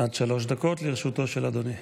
עד שלוש דקות לרשותו של אדוני.